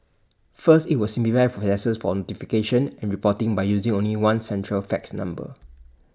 first IT will simplify processes for notification and reporting by using only one central fax number